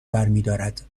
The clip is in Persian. برمیدارد